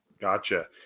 Gotcha